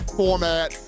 format